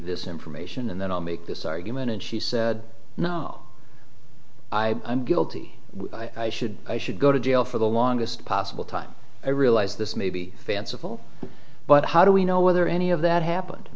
this information and then i'll make this argument and she said no i am guilty i should i should go to jail for the longest possible time i realize this may be fanciful but how do we know whether any of that happened